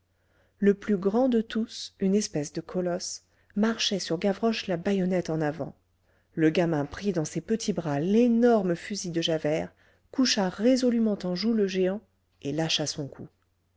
le plus grand de tous une espèce de colosse marchait sur gavroche la bayonnette en avant le gamin prit dans ses petits bras l'énorme fusil de javert coucha résolûment en joue le géant et lâcha son coup